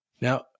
Now